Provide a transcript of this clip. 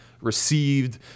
received